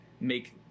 make